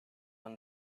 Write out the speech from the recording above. when